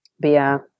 via